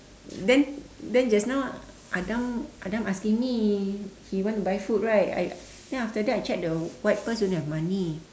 then then just now Adam Adam asking me he want to buy food right I then after that I check the white purse don't have money